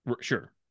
Sure